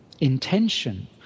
intention